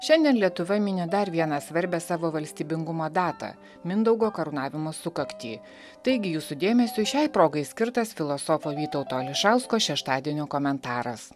šiandien lietuva mini dar vieną svarbią savo valstybingumo datą mindaugo karūnavimo sukaktį taigi jūsų dėmesiui šiai progai skirtas filosofo vytauto ališausko šeštadienio komentaras